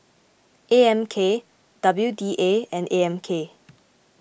A M K W D A and A M K